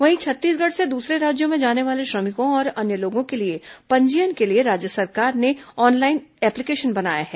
वहीं छत्तीसगढ़ से दूसरे राज्यों में जाने वाले श्रमिकों और अन्य लोगों के पंजीयन के लिए राज्य सरकार ने ऑनलाइन एप्लीकेशन बनाया है